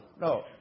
No